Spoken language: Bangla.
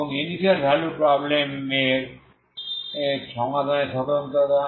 এবং ইনিশিয়াল ভ্যালু প্রব্লেম এর সমাধানের এই স্বতন্ত্রতা